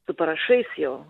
su parašais jau